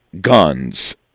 guns